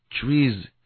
trees